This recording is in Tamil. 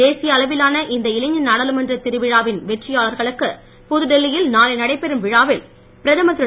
தேசிய அளவிலான இந்த இளைஞர் நாடாளுமன்றத் திருவிழாவின் வெற்றியாளர்களுக்கு புதுடில்லி யில் நாளை நடைபெறும் விழாவில் பிரதமர் திரு